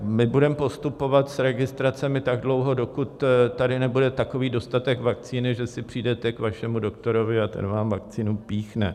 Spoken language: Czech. Budeme postupovat s registracemi tak dlouho, dokud tady nebude takový dostatek vakcíny, že si přijdete k svému doktorovi a ten vám vakcínu píchne.